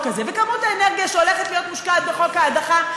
הזה וכמות האנרגיה שהולכת להיות מושקעת בחוק ההדחה,